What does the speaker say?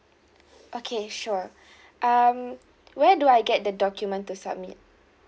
okay sure um where do I get the document to submit